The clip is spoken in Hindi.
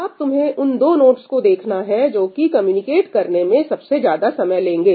अब तुम्हें उन दो नोडस को देखना है जो कि कम्युनिकेट करने में सबसे ज्यादा समय लेंगे